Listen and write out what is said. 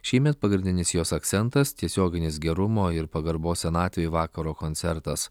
šįmet pagrindinis jos akcentas tiesioginis gerumo ir pagarbos senatvei vakaro koncertas